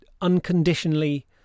unconditionally